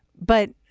but